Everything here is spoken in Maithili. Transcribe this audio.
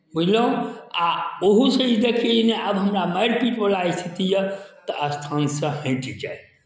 बुझलहुँ आ ओहूसँ जे देखी नहि आब हमरा मारि पीटवला स्थिति यए तऽ स्थानसँ हटि जाय